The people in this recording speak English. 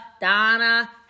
Donna